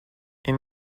این